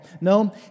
No